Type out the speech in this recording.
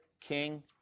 king